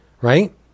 Right